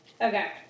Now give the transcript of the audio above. Okay